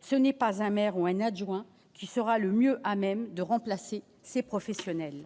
ce n'est pas un maire ou un adjoint qui sera le mieux à même de remplacer ces professionnels